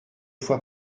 fois